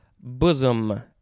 bosom